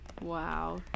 Wow